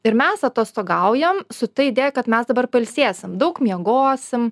ir mes atostogaujam su ta idėja kad mes dabar pailsėsim daug miegosim